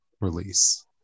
release